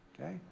Okay